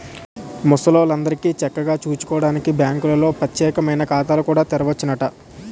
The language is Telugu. ముసలాల్లందరికీ చక్కగా సూసుకోడానికి బాంకుల్లో పచ్చేకమైన ఖాతాలు కూడా తెరవచ్చునట